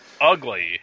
ugly